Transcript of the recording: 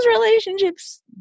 relationships